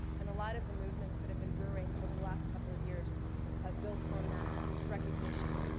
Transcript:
and a lot of the movements that have been brewing over the last couple of years have built on that, this recognition.